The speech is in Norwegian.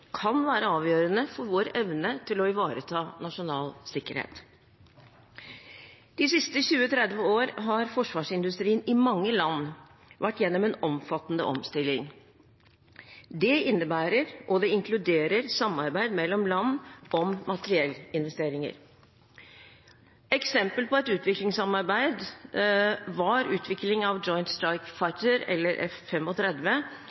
kan være avgjørende for vår evne til å ivareta nasjonal sikkerhet. De siste 20–30 år har forsvarsindustrien i mange land vært gjennom en omfattende omstilling. Det innebærer og inkluderer samarbeid mellom land om materiellinvesteringer. Eksempel på et utviklingssamarbeid var utviklingen av Joint Strike